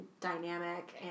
dynamic